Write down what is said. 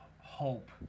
hope